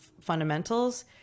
fundamentals